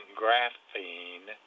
graphene